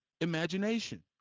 imagination